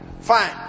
fine